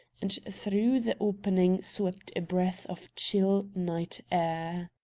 and through the opening swept a breath of chill night air.